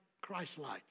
Christ-like